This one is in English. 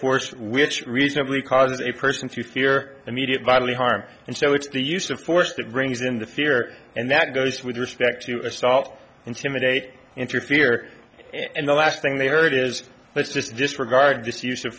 force which reasonably causes a person to fear immediate vitally harm and so it's the use of force that brings in the fear and that goes with respect to assault intimidate interfere and the last thing they heard is let's just disregard this use of